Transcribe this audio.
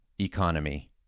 economy